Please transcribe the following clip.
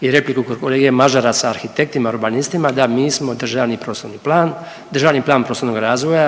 i repliku kod kolege Mažara sa arhitektima, urbanistima da mi smo državni prostorni plan, državni plan prostornoga razvoja